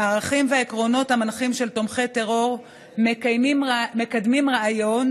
הערכים והעקרונות המנחים של תומכי טרור מקדמים רעיון